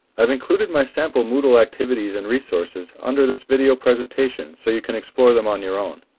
i've included my sample moodle activities and resources under this video presentation so you can explore them on your own.